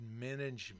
management